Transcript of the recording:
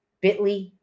bit.ly